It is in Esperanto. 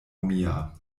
mia